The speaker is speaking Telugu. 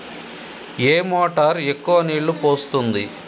ఏ మోటార్ ఎక్కువ నీళ్లు పోస్తుంది?